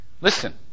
Listen